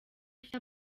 afise